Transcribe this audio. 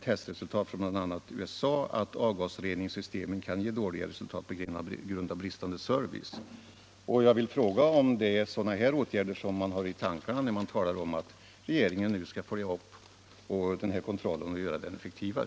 Testresultat från bl.a. USA har visat att avgasreningssystemen kan ge dåliga resultat på grund av bristande service. Jag vill fråga, om det är sådana här åtgärder statsrådet har i tankarna när han talar om att regeringen nu skall följa upp kontrollen och göra den effektivare.